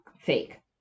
fake